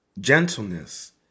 gentleness